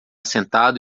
sentado